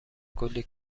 کلی